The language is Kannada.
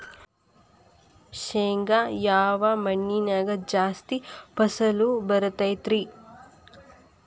ಶೇಂಗಾ ಯಾವ ಮಣ್ಣಿನ್ಯಾಗ ಜಾಸ್ತಿ ಫಸಲು ಬರತೈತ್ರಿ?